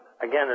again